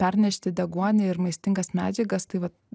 pernešti deguonį ir maistingas medžiagas tai vat